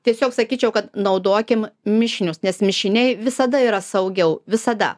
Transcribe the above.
tiesiog sakyčiau kad naudokim mišinius nes mišiniai visada yra saugiau visada